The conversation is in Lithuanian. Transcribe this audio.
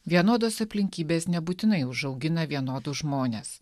vienodos aplinkybės nebūtinai užaugina vienodus žmones